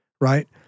Right